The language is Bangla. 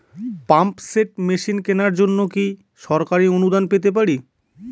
পাম্প সেট মেশিন কেনার জন্য কি সরকারি অনুদান পেতে পারি?